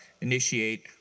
initiate